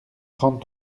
trente